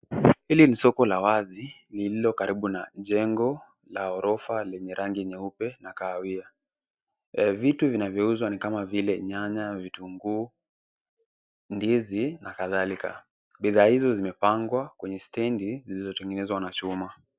Hili ni soko la wazi lililo karibu na jengo la ghorofa lenye rangi nyeupe na kahawia. Vitu vinavyo uzwa ni kama vile nyanya, vitunguu, ndizi na kadhalika. Bidhaa hizo zimepangwa kwenye stendi zilizo tengenezwa na chuma.